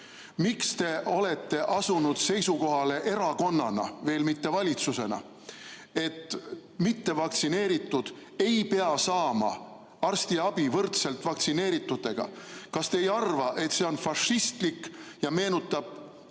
Miks te olete asunud seisukohale erakonnana, veel mitte valitsusena, et mittevaktsineeritud ei pea saama arstiabi võrdselt vaktsineeritutega? Kas te ei arva, et see on fašistlik ja meenutab